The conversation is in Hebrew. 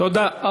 תודה.